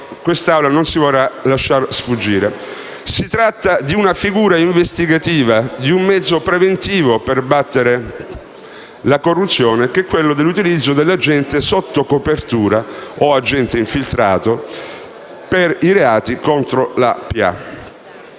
l'Assemblea non si vorrà lasciar sfuggire. Si tratta della previsione di una figura investigativa, di un mezzo preventivo per battere la corruzione, che è l'utilizzo dell'agente sotto copertura o agente infiltrato per i reati contro la